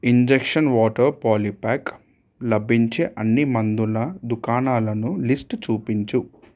injection water poly pack లభించే అన్ని మందుల దుకాణాలను లిస్టు చూపించు